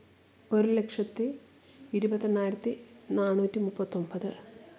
ഒരു ലക്ഷത്തി ഇരുപത്തെണ്ണായിരത്തി നാന്നൂറ്റി മുപ്പത്തൊമ്പത്